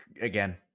again